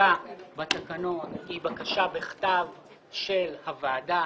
הדרישה בתקנון היא בקשה בכתב של הוועדה.